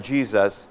Jesus